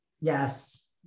Yes